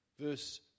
Verse